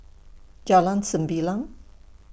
Jalan Sembilang